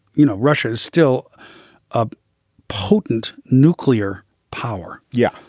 you know, russia is still a potent nuclear power. yeah.